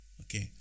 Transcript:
Okay